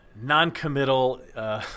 non-committal